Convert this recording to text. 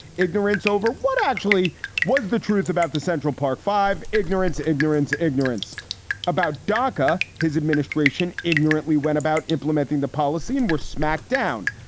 ignorance over what actually was the truth about the central park five. ignorance, ignorance, ignorance about dacca. his administration ignorantly went about implementing the policy and were smacked down.